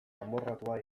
amorratua